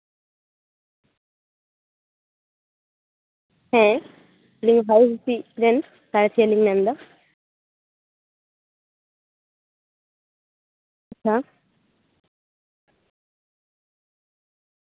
ᱦᱮᱸ ᱟᱹᱞᱤᱧ ᱦᱚᱭ ᱦᱤᱸᱥᱤᱫ ᱨᱮᱱ ᱥᱟᱬᱮᱥᱤᱭᱟᱹᱞᱤᱧ ᱢᱮᱱᱫᱟ ᱦᱮᱸ